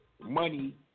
money